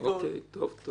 תודה.